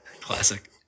Classic